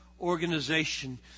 organization